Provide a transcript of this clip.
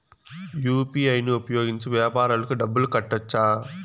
UPI ను ఉపయోగించి వ్యాపారాలకు డబ్బులు కట్టొచ్చా?